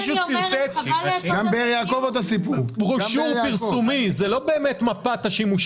אני אומרת שחשובים לי הפרמטרים,